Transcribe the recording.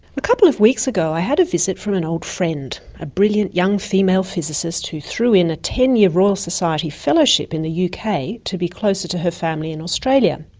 a couple of weeks ago i had a visit from an old friend, a brilliant young female physicist who threw in a ten-year royal society fellowship in the yeah uk to be closer to her family in australia.